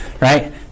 right